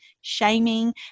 shaming